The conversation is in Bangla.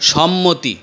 সম্মতি